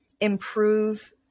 improve